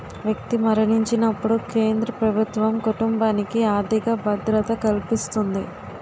వ్యక్తి మరణించినప్పుడు కేంద్ర ప్రభుత్వం కుటుంబానికి ఆర్థిక భద్రత కల్పిస్తుంది